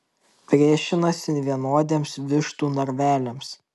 priešinasi vienodiems vištų narveliams